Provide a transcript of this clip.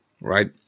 right